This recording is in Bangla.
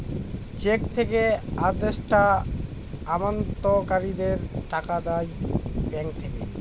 চেক থেকে আদেষ্টা আমানতকারীদের টাকা দেয় ব্যাঙ্ক থেকে